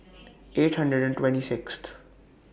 eight hundred and twenty Sixth